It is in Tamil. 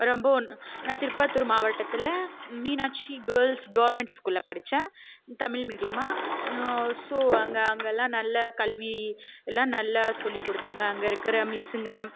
ரொம்ப நான் திருப்பத்தூர் மாவட்டத்தில் மீனாட்சி கேர்ல்ஸ் கவர்மெண்ட் ஸ்கூலில் படித்தேன் தமிழ் மீடியம் ஸோ அங்கே எல்லாம் நல்ல கல்வி எல்லாம் நல்ல சொல்லி கொடுத்தாங்க அங்கே இருக்கிற மிஸ்சுங்க